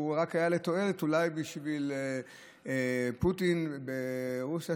זה אולי היה רק לתועלת בשביל פוטין ברוסיה,